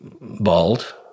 bald